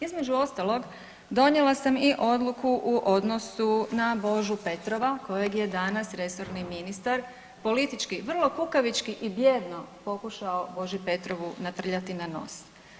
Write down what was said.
Između ostalog donijela sam i odluku u odnosu na Božu Petrova kojeg je danas resorni ministar politički vrlo kukavički i bijedno pokušao Boži Petrovu natrljati na nos.